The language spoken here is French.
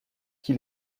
qui